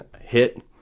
hit